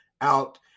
out